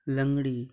लंगडी